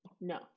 no